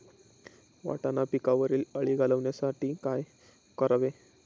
वाटाणा पिकावरील अळी घालवण्यासाठी काय करावे?